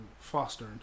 foster